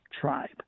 tribe